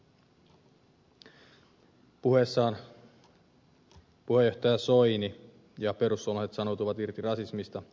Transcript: puheessaan puheenjohtaja soini ja perussuomalaiset sanoutuivat irti rasismista